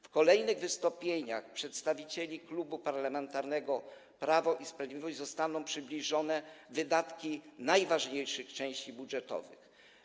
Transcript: W kolejnych wystąpieniach przedstawicieli Klubu Parlamentarnego Prawo i Sprawiedliwość zostaną przybliżone wydatki dotyczące najważniejszych części budżetowych.